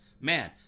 man